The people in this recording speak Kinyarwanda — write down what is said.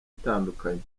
itandukanye